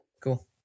Cool